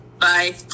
Bye